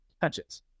touches